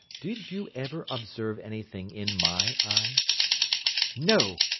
did you ever observe anything in my eye no,